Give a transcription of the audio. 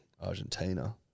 Argentina